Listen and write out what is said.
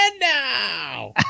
now